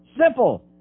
Simple